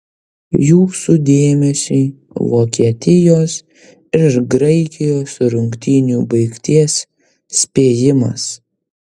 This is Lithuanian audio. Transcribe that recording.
jūsų dėmesiui vokietijos ir graikijos rungtynių baigties spėjimas